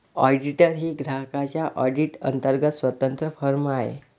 auditor ही ग्राहकांच्या audit अंतर्गत स्वतंत्र फर्म आहे